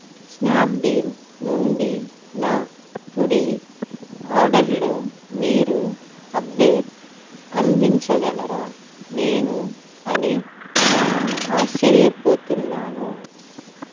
Snapdeal నుండి నా hoodie ఆర్డర్లో మీరు అప్డేట్ అందించగలరా నేను అని ఆశ్చర్యపోతున్నాను